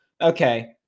okay